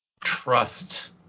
trust